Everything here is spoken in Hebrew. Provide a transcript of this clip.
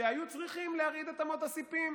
שהיו צריכים להרעיד את אמות הסיפים,